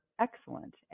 excellent